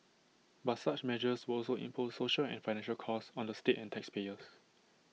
but such measures will also impose social and financial costs on the state and taxpayers